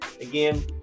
Again